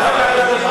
חדשות.